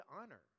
honor